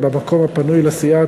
במקום הפנוי לסיעה,